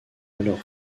alors